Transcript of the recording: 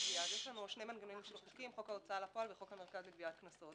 שני מנגנונים של חוקים חוק ההוצאה לפועל וחוק המוסד לגביית קנסות.